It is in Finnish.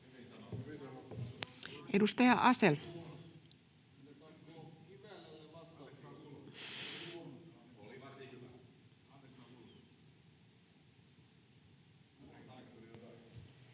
Edustaja Kalli. Kiitos,